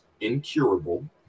incurable